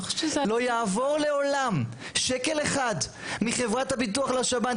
לא יעבור לעולם שקל אחד מחברת הביטוח לשב"ן.